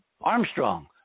Armstrong